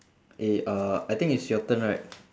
eh uh I think it's your turn right